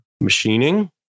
Machining